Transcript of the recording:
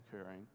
occurring